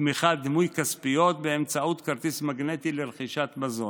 תמיכה דמוי-כספיות באמצעות כרטיס מגנטי לרכישת מזון.